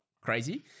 crazy